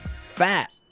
fat